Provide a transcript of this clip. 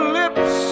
lips